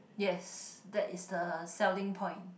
yes that is the selling point